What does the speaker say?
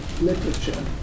literature